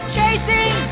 chasing